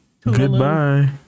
Goodbye